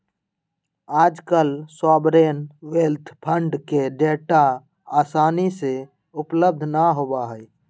आजकल sovereign wealth fund के data आसानी से उपलब्ध ना होबा हई